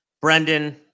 Brendan